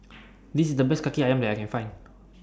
This IS The Best Kaki Ayam that I Can Find